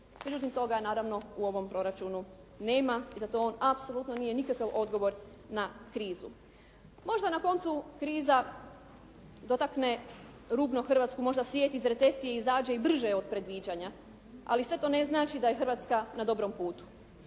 međutim toga naravno u ovom proračunu nema i da to apsolutno nije nikakav odgovor na krizu. Možda na koncu kriza dotakne rubno Hrvatsku, možda svijet iz recesije izađe i brže od predviđanja, ali sve to ne znači da je Hrvatska na dobrom putu.